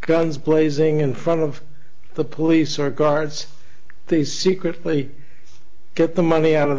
guns blazing in front of the police or guards they secretly get the money out of the